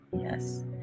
Yes